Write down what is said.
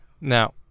Now